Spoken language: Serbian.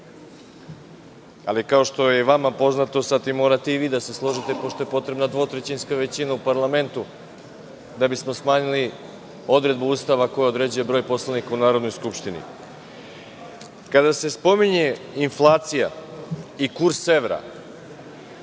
ali, kao što je i vama poznato, sa tim morate i vi da se složite, pošto je potrebna dvotrećinska većina u parlamentu da bismo smanjili odredbu Ustava koja određuje broj poslanika u Narodnoj skupštini. Kada se spominje inflacija i kurs evra,